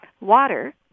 Water